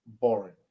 boring